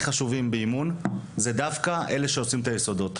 חשובים באימון הוא דווקא אלה שעושים את היסודות.